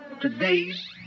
today's